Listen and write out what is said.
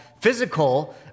physical